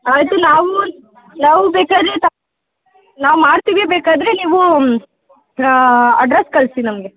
ಆಯಿತು ನಾವು ನಾವು ಬೇಕಾದರೆ ತಾ ನಾವು ಮಾಡ್ತೀವಿ ಬೇಕಾದರೆ ನೀವು ಅಡ್ರಸ್ ಕಳಿಸಿ ನಮಗೆ